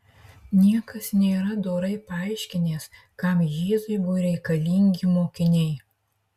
niekas nėra dorai paaiškinęs kam jėzui buvo reikalingi mokiniai